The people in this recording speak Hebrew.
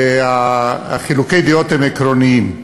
וחילוקי הדעות הם עקרוניים.